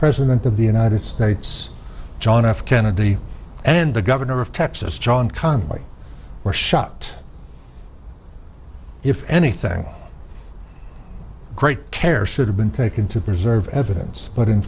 president of the united states john f kennedy and the governor of texas john connally were shot if anything great care should have been taken to preserve evidence but in